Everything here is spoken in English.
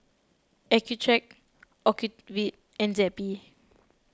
Accucheck Ocuvite and Zappy